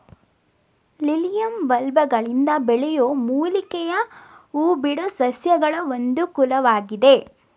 lilium ಬಲ್ಬ್ಗಳಿಂದ ಬೆಳೆಯೋ ಮೂಲಿಕೆಯ ಹೂಬಿಡೋ ಸಸ್ಯಗಳ ಒಂದು ಕುಲವಾಗಿದೆ